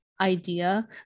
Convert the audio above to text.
idea